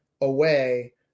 away